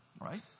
right